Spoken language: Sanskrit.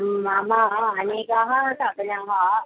मम अनेकः सखयः